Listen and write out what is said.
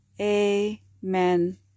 Amen